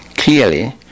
Clearly